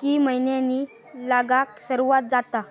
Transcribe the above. की मैन्यानी लागाक सर्वात जाता?